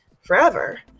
forever